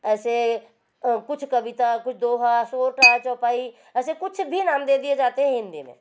ऐसे कुछ कविता कुछ दोहा सौठा चौपाई ऐसे कुछ भी नाम दे दिए जाते है हिंदी में